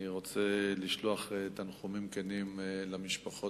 אני רוצה לשלוח תנחומים כנים למשפחות